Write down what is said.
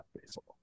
baseball